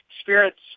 spirits